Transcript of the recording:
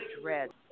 dread